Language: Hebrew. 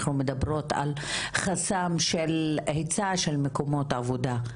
אנחנו מדברות על חסם של היצע של מקומות עבודה.